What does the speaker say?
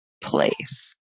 place